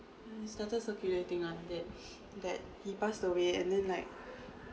started circulating that that he passed away and then like